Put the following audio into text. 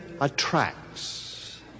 attracts